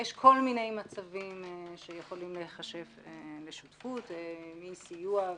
יש כל מיני מצבים שיכולים להיחשב לשותפות - מסיוע,